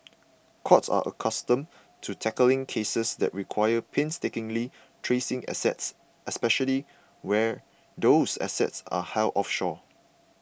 courts are accustomed to tackling cases that require painstakingly tracing assets especially where those assets are held offshore